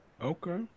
Okay